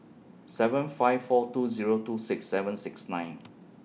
seven five four two Zero two six seven six nine